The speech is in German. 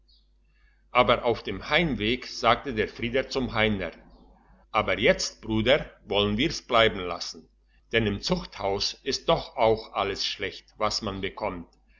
aber auf dem heimweg sagte der frieder zum heiner aber jetzt bruder wollen wir's bleiben lassen denn im zuchthaus ist doch auch alles schlecht was man bekommt